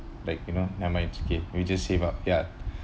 like you know never mind it's okay we just save up ya